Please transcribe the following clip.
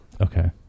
Okay